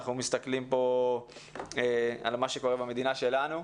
אנחנו מסתכלים על מה שקורה במדינה שלנו.